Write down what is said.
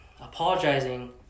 apologizing